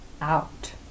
out